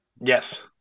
Yes